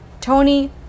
Tony